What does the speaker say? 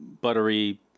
buttery